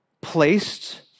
placed